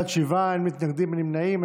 בעד, שבעה, אין מתנגדים ואין נמנעים.